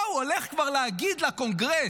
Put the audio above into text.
מה הוא הולך כבר להגיד לקונגרס?